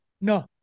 No